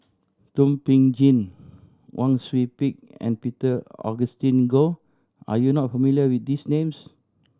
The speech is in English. Thum Ping Tjin Wang Sui Pick and Peter Augustine Goh are you not familiar with these names